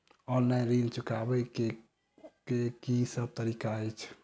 Online ऋण चुकाबै केँ की सब तरीका अछि?